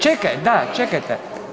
Čekaj, da, čekajte.